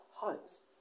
hearts